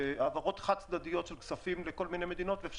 בהעברות חד צדדיות של כפים לכל מיני מדינות.